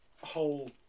whole